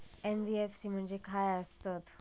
NBFC म्हणजे खाय आसत?